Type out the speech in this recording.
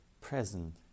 present